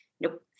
nope